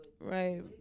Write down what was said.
Right